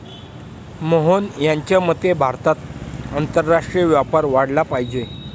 मोहन यांच्या मते भारतात आंतरराष्ट्रीय व्यापार वाढला पाहिजे